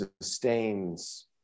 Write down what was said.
sustains